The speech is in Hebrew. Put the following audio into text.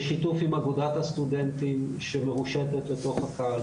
בשיתוף עם אגודת הסטודנטים, שמרושתת בתוך הקהל.